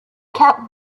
kept